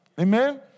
Amen